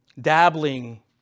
dabbling